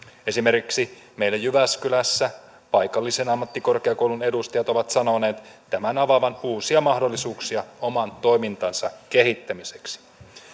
esimerkiksi meillä jyväskylässä paikallisen ammattikorkeakoulun edustajat ovat sanoneet tämän avaavan uusia mahdollisuuksia heidän oman toimintansa kehittämiseksi